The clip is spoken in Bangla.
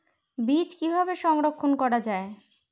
বীজ কিভাবে সংরক্ষণ করা যায়?